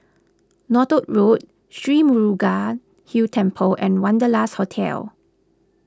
Northolt Road Sri Murugan Hill Temple and Wanderlust Hotel